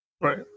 right